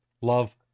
love